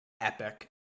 epic